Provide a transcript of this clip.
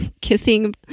kissing